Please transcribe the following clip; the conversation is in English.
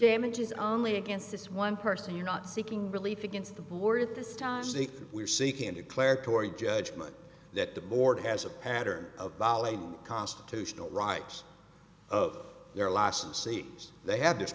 damages only against this one person you're not seeking relief against the board at this time we're seeking declaratory judgment that the board has a pattern of bolli constitutional rights of their licensees they have this